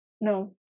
no